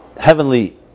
heavenly